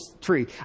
tree